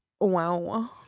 wow